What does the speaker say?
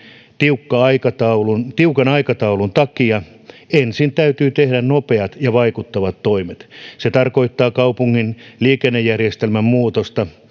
tiukan aikataulun tiukan aikataulun takia ensin täytyy tehdä nopeat ja vaikuttavat toimet se tarkoittaa kaupunkien liikennejärjestelmän muutosta